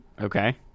Okay